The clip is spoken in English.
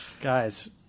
guys